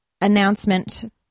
announcement